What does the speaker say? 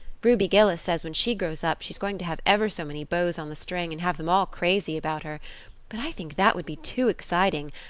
ruby gillis says when she grows up she's going to have ever so many beaus on the string and have them all crazy about her but i think that would be too exciting.